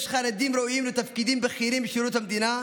יש חרדים ראויים לתפקידים בכירים בשירות המדינה,